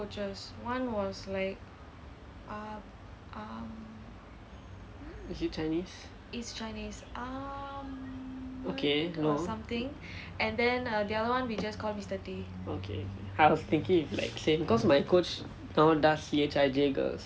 is he chinese okay okay okay I was thinking if like same cause my coach now does C_H_I_J girls